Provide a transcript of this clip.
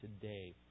today